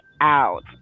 out